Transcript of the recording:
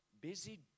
Busy